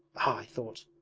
i thought,